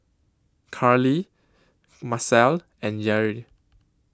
Carlie Marcelle and Yair